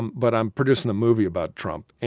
but i'm producing a movie about trump,